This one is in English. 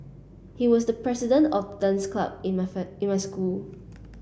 he was the president of dance club in in my school